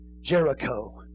Jericho